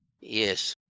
yes